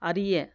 அறிய